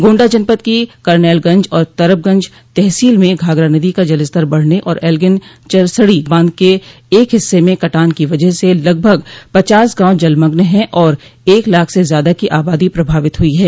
गोण्डा जनपद की करनैलगंज और तरबगंज तहसील में घाघरा नदी का जलस्तर बढ़ने और एल्गिन चरसड़ी बांध के एक हिस्से में कटान की वजह से लगभग पचास गांव जलमग्न हैं और एक लाख से ज्यादा की आबादी प्रभावित हुई है